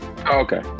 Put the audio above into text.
Okay